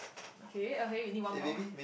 okay okay you need one more